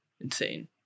insane